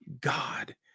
God